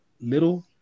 little